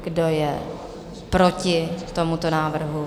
Kdo je proti tomuto návrhu?